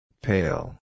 Pale